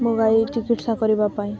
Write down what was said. ମୋ ଗାଈ ଚିକିତ୍ସା କରିବା ପାଇଁ